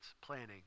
planning